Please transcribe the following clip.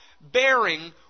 bearing